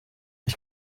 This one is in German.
ich